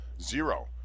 Zero